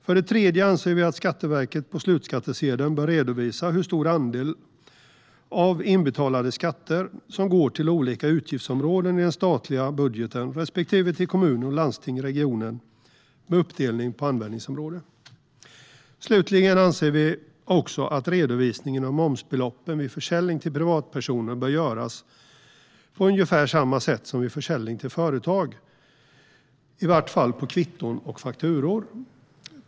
För det tredje anser vi att Skatteverket på slutskattsedeln bör redovisa hur stor andel av de inbetalade skatterna som går till olika utgiftsområden i den statliga budgeten respektive till kommunen, landstinget eller regionen med uppdelning på användningsområde. Slutligen anser vi också att redovisningen av momsbeloppen vid försäljning till privatpersoner bör göras på ungefär samma sätt som vid försäljning till företag, i varje fall på kvitton och fakturor.